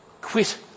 quit